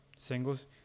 singles